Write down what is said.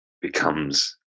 becomes